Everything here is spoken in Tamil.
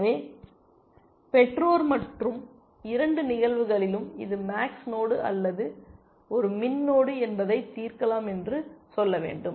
எனவே பெற்றோர் மற்றும் இரண்டு நிகழ்வுகளிலும் இது மேக்ஸ் நோடு அல்லது ஒரு மின் நோடு என்பதை தீர்க்கலாம் என்று சொல்ல வேண்டும்